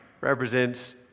represents